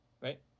Right